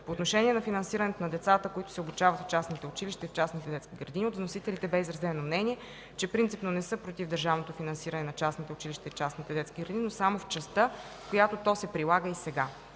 По отношение на финансирането на децата, които се обучават в частните училища и в частните детски градини, от вносителите бе изразено мнение, че принципно не са против държавното финансиране на частните училища и частните детски градини, но само в частта, в която то се прилага и сега.